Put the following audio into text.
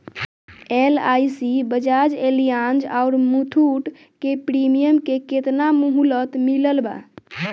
LIC Bajaj Allianz आउर मुथूट के premium के केतना मुहलत मिलल बा?